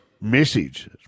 message